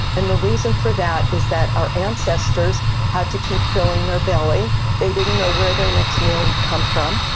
and the reason for that is that our ancestors had to keep filling their belly, they didn't know where their next meal would come from.